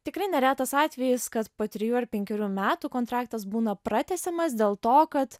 tikrai neretas atvejis kad po trijų ar penkerių metų kontraktas būna pratęsiamas dėl to kad